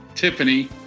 Tiffany